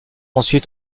ensuite